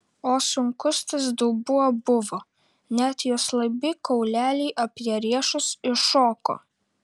o sunkus tas dubuo buvo net jos laibi kauleliai apie riešus iššoko